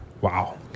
Wow